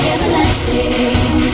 Everlasting